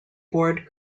board